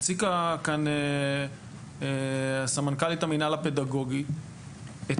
הציגה כאן סמנכ"לית המינהל הפדגוגי את